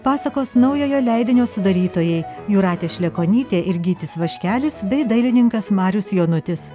pasakos naujojo leidinio sudarytojai jūratė šlekonytė ir gytis vaškelis bei dailininkas marius jonutis